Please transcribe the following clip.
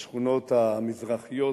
בשכונות המזרחיות,